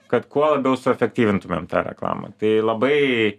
kad kuo labiau suefektyvintumėm tą reklamą tai labai